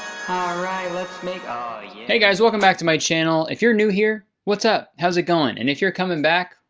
let's make ah hey guys. welcome back to my channel. if you're new here, what's up? how's it going? and if you're coming back,